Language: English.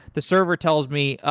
the server tells me,